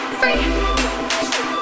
free